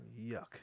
Yuck